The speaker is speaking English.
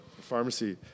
pharmacy